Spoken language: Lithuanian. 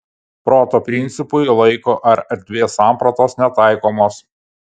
proto principui laiko ar erdvės sampratos netaikomos